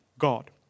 God